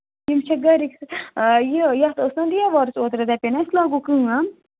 یِم چھِ گَرِکۍ یہِ یَتھ ٲس نہٕ دیوارَس اوترٕ دَپٮ۪و نہ أسۍ لاگو کٲم